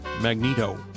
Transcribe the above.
Magneto